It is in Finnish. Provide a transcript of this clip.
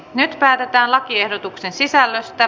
nyt päätetään lakiehdotuksen sisällöstä